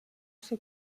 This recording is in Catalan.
ser